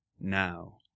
now